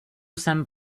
jsem